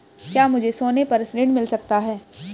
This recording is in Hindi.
क्या मुझे सोने पर ऋण मिल सकता है?